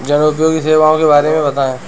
जनोपयोगी सेवाओं के बारे में बताएँ?